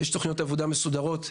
יש תוכניות עבודה מסודרות,